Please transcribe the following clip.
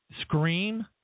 scream